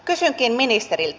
kysynkin ministeriltä